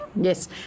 Yes